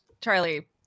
Charlie